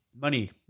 money